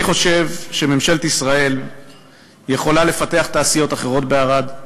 אני חושב שממשלת ישראל יכולה לפתח תעשיות אחרות בערד,